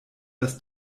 das